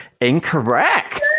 Incorrect